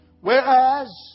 Whereas